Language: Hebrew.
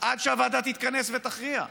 עד שהוועדה תתכנס ותכריע?